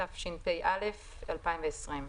התשפ"א-2020,